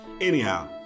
Anyhow